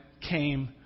came